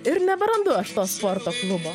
ir neberandu aš to sporto klubo